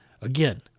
Again